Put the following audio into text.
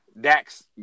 dax